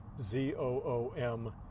z-o-o-m